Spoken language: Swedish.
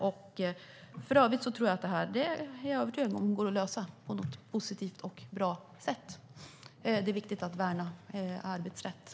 Jag är för övrigt övertygad om att detta går att lösa på ett positivt och bra sätt. Det är viktigt att värna om arbetsrätten.